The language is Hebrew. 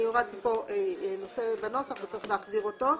הורדתי פה נושא בנוסח וצריך להחזיר אותו.